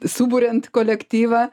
suburiant kolektyvą